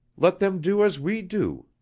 let them do as we do!